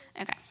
Okay